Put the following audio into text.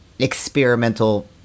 experimental